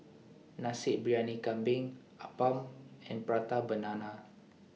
Nasi Briyani Kambing Appam and Prata Banana